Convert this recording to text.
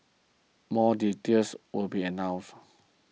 more details will be announced